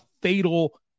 fatal